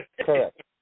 correct